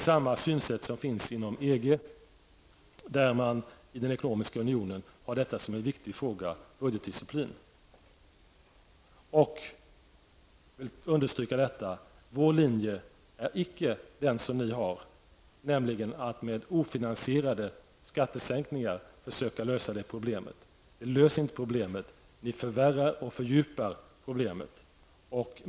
Samma synsätt återfinns inom EG, där -- och det gäller då den ekonomiska unionen -- frågan om budgetdisciplinen är en viktig fråga. Sedan vill jag understryka att vår linje icke är den som ni har, nämligen att med ofinansierade skattesänkningar försöka lösa det här problemet. Därmed löses inte problemet, utan ni förvärrar och fördjupar problemet.